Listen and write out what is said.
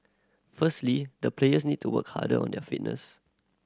firstly the players need to work harder on their fitness